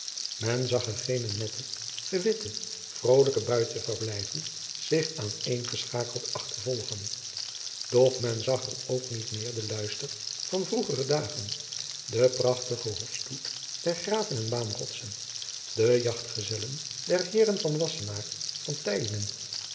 men zag er geene nette gewitte vrolijke buitenverblijven zich aaneengeschakeld achtervolgen doch men zag er ook niet meer den luister van vroegere dagen den prachtigen hofstoet der graven en baanjacob van lennep de pleegzoon rotsen de jachtgezellen der heeren van wassenaer